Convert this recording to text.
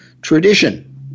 tradition